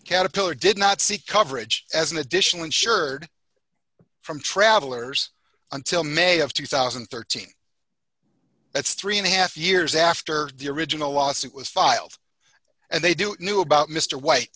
caterpillar did not seek coverage as an additional insured from travellers until may of two thousand and thirteen that's three and a half years after the original lawsuit was filed and they do knew about mr white